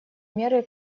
меры